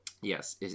Yes